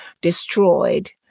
destroyed